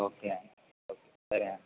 okay అండి okay సరే అండి